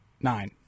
Nine